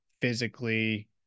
physically